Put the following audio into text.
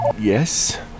Yes